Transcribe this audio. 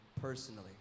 personally